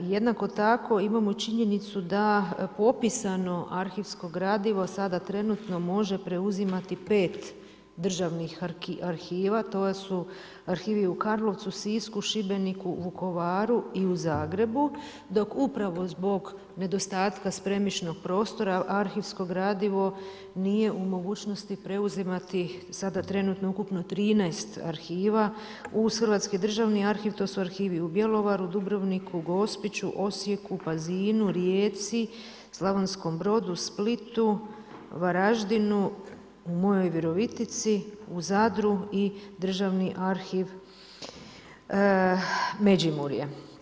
Jednako tako imamo činjenicu da popisano arhivsko gradivo sada trenutno može preuzimati 5 državnih arhiva, to su arhivi u Karlovcu, Sisku, Šibeniku, Vukovaru i u Zagrebu, dok upravo zbog nedostatka spremišnog prostora arhivsko gradivo nije u mogućnosti preuzimati sada trenutno ukupno 13 arhiva uz Hrvatski državni arhiv to su arhivi u Bjelovaru, Dubrovniku, Gospiću, Osijeku, Pazinu, Rijeci, Slavonskom Brodu, Splitu, Varaždinu, mojoj Virovitici, u Zadru i državni arhiv Međimurje.